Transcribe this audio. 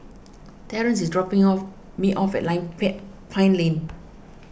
Terance is dropping off me off at line Pine Lane